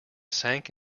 sank